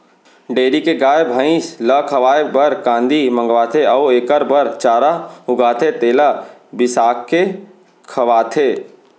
dairy के गाय, भँइस ल खवाए बर कांदी मंगवाथें अउ एकर बर चारा उगाथें तेला बिसाके खवाथें